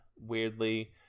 weirdly